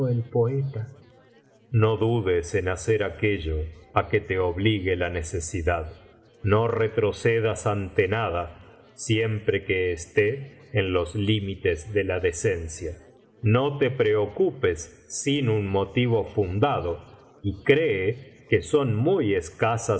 poeta no dudes en hacer aquello á que te obligue la necesidad no retrocedas ante nada siempre que esté en los límites de la decencia no te preocupes sin un motivo fundado y cree que son muy